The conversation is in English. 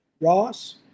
Ross